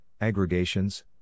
aggregations